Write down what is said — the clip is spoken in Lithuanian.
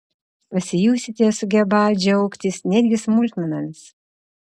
pasijusite sugebą džiaugtis netgi smulkmenomis